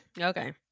okay